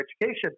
education